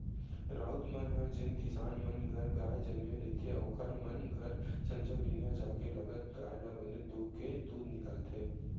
राउत मन ह जेन किसान मन घर गाय जनमे रहिथे ओखर मन घर संझा बिहनियां जाके लगत गाय ल बने दूहूँके दूद निकालथे